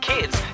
Kids